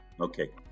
Okay